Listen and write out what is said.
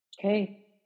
okay